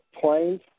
planes